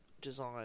design